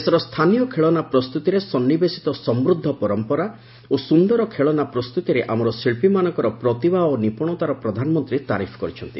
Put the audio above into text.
ଦେଶର ସ୍ଥାନୀୟ ଖେଳନା ପ୍ରସ୍ତୁତିରେ ସନ୍ନିବେଶିତ ସମୃଦ୍ଧ ପରମ୍ପରା ଏବଂ ସୁନ୍ଦର ଖେଳନା ପ୍ରସ୍ତୁତିରେ ଆମର ଶିଳ୍ପୀମାନଙ୍କର ପ୍ରତିଭା ଓ ନିପୁଶତାର ପ୍ରଧାନମନ୍ତ୍ରୀ ତାରିଫ କରିଛନ୍ତି